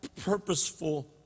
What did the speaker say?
purposeful